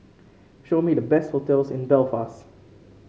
show me the best hotels in Belfast